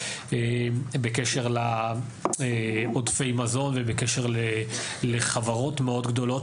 בקשר לעודפי מזון ובקשר לחברות מאוד גדולות